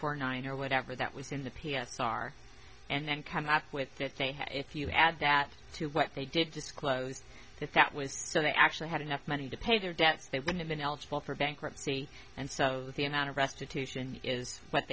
or nine or whatever that was in the p s r and then come back with that they had if you add that to what they did disclose that that was so they actually had enough money to pay their debts they would have been eligible for bankruptcy and so the amount of restitution is